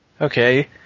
Okay